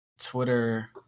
Twitter